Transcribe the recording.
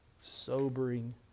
sobering